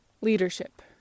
leadership